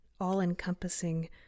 all-encompassing